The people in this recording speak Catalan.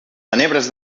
tenebres